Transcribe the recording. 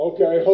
Okay